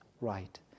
right